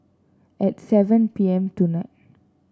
at seven P M tonight